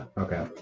Okay